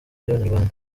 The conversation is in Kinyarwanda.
y’abanyarwanda